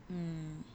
mm